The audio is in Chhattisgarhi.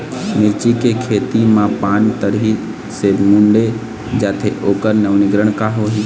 मिर्ची के खेती मा पान तरी से मुड़े जाथे ओकर नवीनीकरण का हवे?